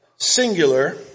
Singular